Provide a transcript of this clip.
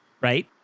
Right